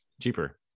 cheaper